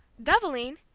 doubling!